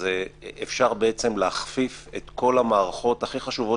אפשר להכפיף את כל המערכות הכי חשובות